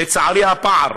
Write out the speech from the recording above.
לצערי, הפער